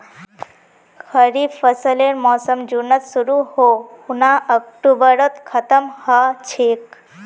खरीफ फसलेर मोसम जुनत शुरु है खूना अक्टूबरत खत्म ह छेक